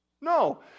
No